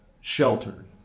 sheltered